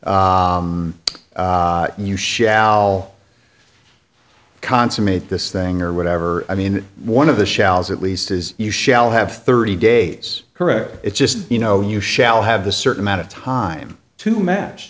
you shall consummate this thing or whatever i mean one of the shelves at least is you shall have thirty days correct it just you know you shall have the certain amount of time to match